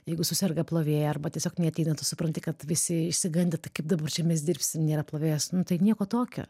jeigu suserga plovėja arba tiesiog neateina tu supranti kad visi išsigandę kaip dabar čia mes dirbsim nėra plovėjos tai nieko tokio